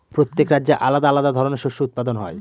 প্রত্যেক রাজ্যে আলাদা আলাদা ধরনের শস্য উৎপাদন হয়